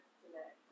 today